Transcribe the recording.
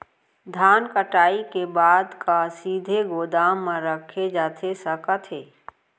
धान कटाई के बाद का सीधे गोदाम मा रखे जाथे सकत हे?